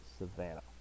Savannah